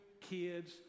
kids